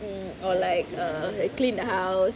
mm or like err like clean the house